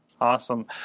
Awesome